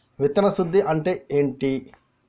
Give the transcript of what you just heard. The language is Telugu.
విత్తన శుద్ధి అంటే ఏంటి?